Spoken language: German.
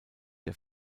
der